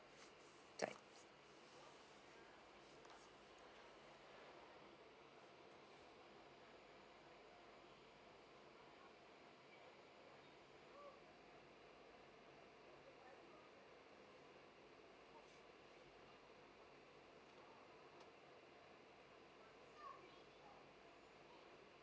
right